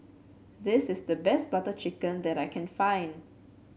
this is the best Butter Chicken that I can find